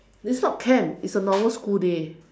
it's not camp it's a normal school day